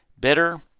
Bitter